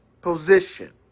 position